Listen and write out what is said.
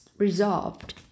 Resolved